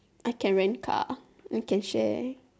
I can rent car then can share